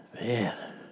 Man